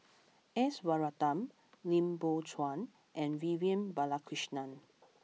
S Varathan Lim Biow Chuan and Vivian Balakrishnan